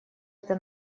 это